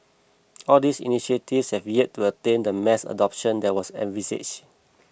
all these initiatives have yet to attain the mass adoption that was envisaged